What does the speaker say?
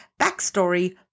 backstory